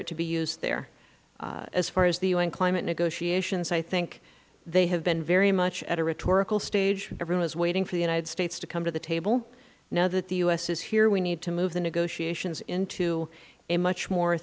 it to be used there as far as the u n climate negotiations i think they have been very much at a rhetorical stage everyone is waiting for the united states to come to the table now that the u s is here we need to move the negotiations into a much more